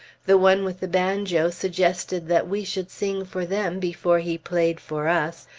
the one with the banjo suggested that we should sing for them before he played for us,